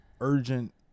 urgent